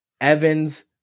Evans